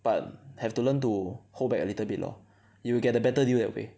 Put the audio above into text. but have to learn to hold back a little bit lor you will get the better deal that way